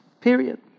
period